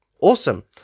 Awesome